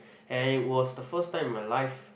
and it was the first time in my life